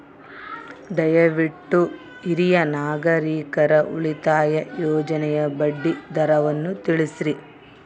ದಯವಿಟ್ಟು ಹಿರಿಯ ನಾಗರಿಕರ ಉಳಿತಾಯ ಯೋಜನೆಯ ಬಡ್ಡಿ ದರವನ್ನು ತಿಳಿಸ್ರಿ